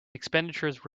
expenditures